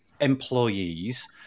employees